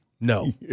no